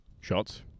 shots